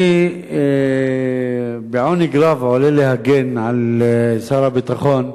אני בעונג רב עולה להגן על שר הביטחון,